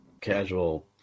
casual